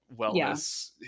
wellness